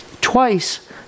Twice